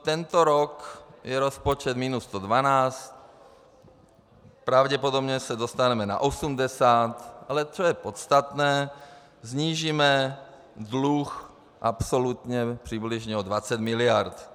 Tento rok je rozpočet minus 112, pravděpodobně se dostaneme na 80, ale co je podstatné, snížíme dluh absolutně přibližně o 20 mld.